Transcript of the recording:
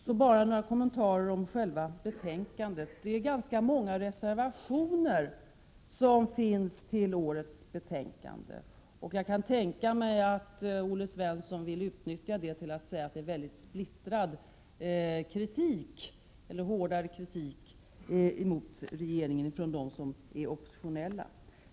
Så några kommentarer till själva betänkandet. Det finns ganska många reservationer till årets betänkande. Jag kan tänka mig att Olle Svensson vill utnyttja det förhållandet till att säga att kritiken är splittrad eller att det är hårdare kritik mot regeringen från dem som är oppositionella.